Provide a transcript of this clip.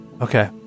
okay